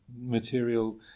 material